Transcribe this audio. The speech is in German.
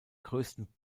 größten